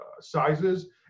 sizes